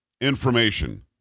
information